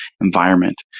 environment